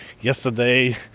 yesterday